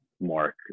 Mark